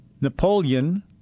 Napoleon